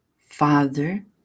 father